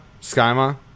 skyma